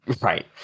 Right